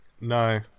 No